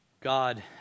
God